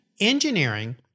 engineering